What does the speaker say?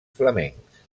flamencs